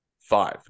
five